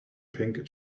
pink